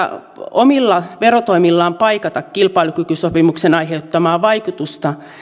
omilla verotoimillaan paikata kilpailukykysopimuksen aiheuttamaa vaikutusta